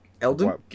Elden